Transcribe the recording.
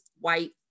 white